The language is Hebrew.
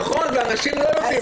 אנשים לא יודעים.